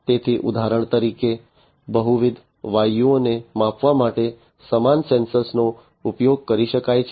તેથી ઉદાહરણ તરીકે બહુવિધ વાયુઓને માપવા માટે સમાન સેન્સર નો ઉપયોગ કરી શકાય છે